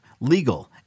legal